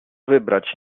wybrać